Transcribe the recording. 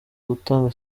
gutanga